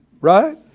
Right